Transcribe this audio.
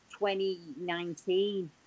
2019